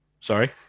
Sorry